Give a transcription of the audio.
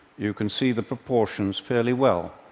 you can see the proportions fairly well.